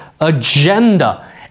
agenda